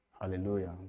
Hallelujah